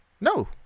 No